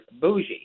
bougie